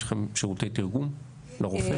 יש לכם שירותי תרגום לרופא?